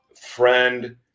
friend